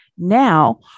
now